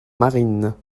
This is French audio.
marines